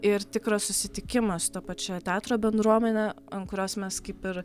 ir tikras susitikimas su ta pačia teatro bendruomene ant kurios mes kaip ir